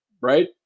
right